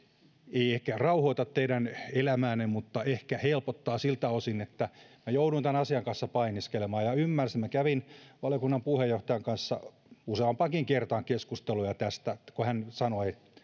ei ehkä rauhoita teidän elämäänne niin se helpottaa sitä siltä osin että minä jouduin tämän asian kanssa painiskelemaan ja ymmärsin minä kävin valiokunnan puheenjohtajan kanssa useampaankin kertaan keskusteluja tästä kun hän sanoi